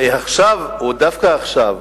ועכשיו, או דווקא עכשיו,